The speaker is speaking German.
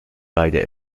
beide